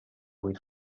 buit